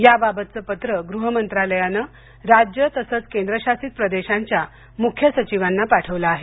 याबाबतचं पत्र गृहमंत्रालयानं राज्यं तसंच केंद्रशासित प्रदेशांच्या मुख्य सचिवांना पाठवलं आहे